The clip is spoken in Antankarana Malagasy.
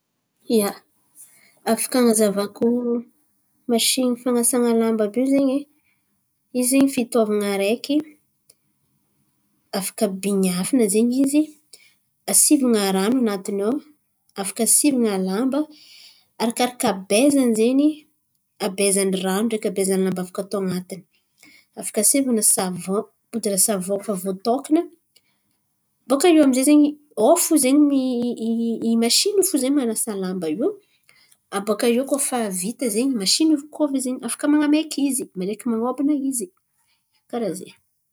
Ia, afaka an̈azavako masìny fan̈asana lamba àby io zen̈y, izy zen̈y fitaovan̈a araiky afaka bin̈iafina zen̈y izy asivan̈a rano an̈atiny ao, afaka asivan̈a lamba. Arakaraka abaizany zen̈y abaizany rano ndreky abaizany lamba afaka atao an̈atiny. Afaka asivan̈a savòn podira savòn efa voataokan̈a. Bôka iô aminjay zen̈y ao zen̈y i i masìny io fo zen̈y manasa lamba io. Abôkaiô koa fa vita zen̈y masìny io fo afaka man̈amaiky izy ndreky man̈akôban̈a izy. Karà zen̈y.